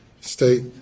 state